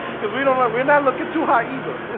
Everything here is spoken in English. cuz we don't know we're not looking too hot either